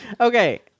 okay